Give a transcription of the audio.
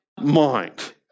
mind